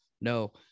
No